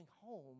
home